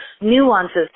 nuances